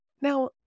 Now